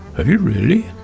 have you really?